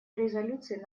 резолюции